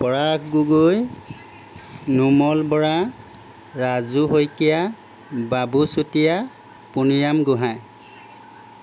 Parag Gogoi Numal Bora Raju Saikia Babu Chutia Puniram Gohain